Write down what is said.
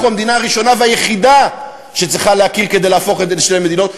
אנחנו המדינה הראשונה והיחידה שצריכה להכיר כדי להפוך לשתי מדינות,